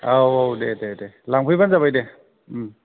औ औ दे दे लांफैबानो जाबाय दे उम